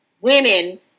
women